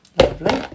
lovely